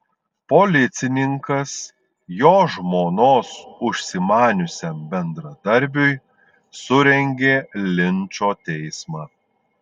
policininkas jo žmonos užsimaniusiam bendradarbiui surengė linčo teismą